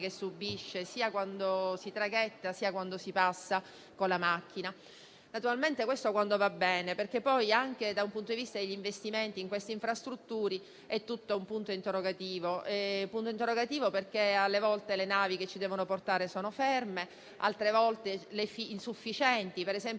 subisce, sia quando si traghetta, sia quando si passa con la macchina. E questo quando va bene, perché poi, anche dal punto di vista degli investimenti in queste infrastrutture, è tutto un punto interrogativo. Alle volte le navi che ci devono portare sono ferme, altre volte sono insufficienti, come in